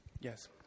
Yes